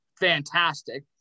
fantastic